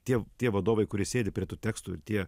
tie tie vadovai kurie sėdi prie tų tekstų ir tie